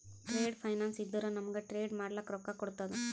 trade finance ಇದ್ದುರ ನಮೂಗ್ trade ಮಾಡ್ಲಕ ರೊಕ್ಕಾ ಕೋಡ್ತುದ